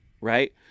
Right